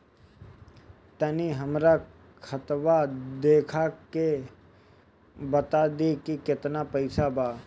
तनी हमर खतबा देख के बता दी की केतना पैसा बा?